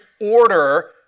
order